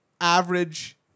average